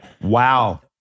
Wow